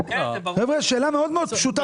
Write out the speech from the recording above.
חבר'ה, שאלה מאוד פשוטה.